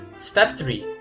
step three.